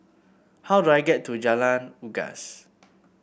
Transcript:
how do I get to Jalan Unggas